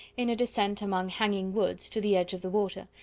in a descent among hanging woods, to the edge of the water,